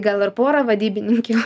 gal ir porą vadybininkių